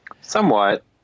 Somewhat